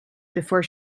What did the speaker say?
before